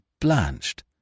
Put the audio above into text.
blanched